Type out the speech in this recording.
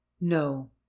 No